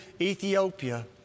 Ethiopia